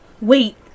Wait